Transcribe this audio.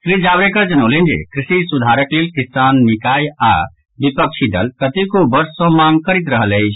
श्री जावड़ेकर जनौलनि जे कृषि सुधारक लेल किसान निकाय आओर विपक्षी दल कतेको वर्ष सॅ मांग करैत रहल अछि